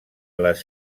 les